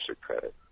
credit